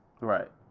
Right